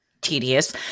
Tedious